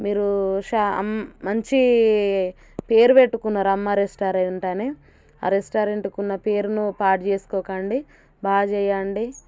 మీరు మంచి పేరు పెట్టుకున్నారు అమ్మా రెస్టారెంట్ అని ఆ రెస్టారెంట్కు ఉన్నపేరును పాడు చేసుకోకండి బాగా చేయండి